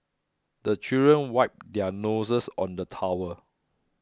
the children wipe their noses on the towel